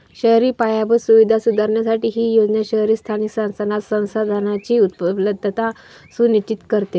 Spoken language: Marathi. शहरी पायाभूत सुविधा सुधारण्यासाठी ही योजना शहरी स्थानिक संस्थांना संसाधनांची उपलब्धता सुनिश्चित करते